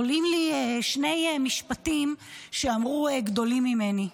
עולים לי שני משפטים שאמרו שני גדולים ממני.